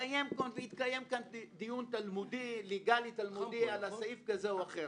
מתקיים פה דיון ליגאלי תלמודי על סעיף כזה או אחר.